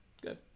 Good